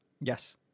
Yes